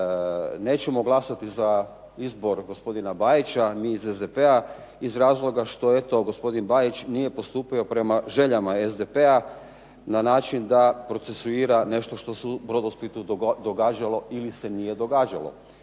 nećemo glasati za izbor gospodina Bajića mi iz SDP-a iz razloga što eto gospodin Bajić nije postupio prema željama SDP-a na način da procesuira nešto što se u "Brodosplit" u događalo ili se nije događalo.